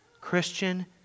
Christian